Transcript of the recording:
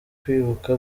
kwibuka